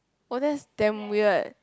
oh that's damn weird